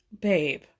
Babe